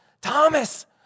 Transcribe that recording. Thomas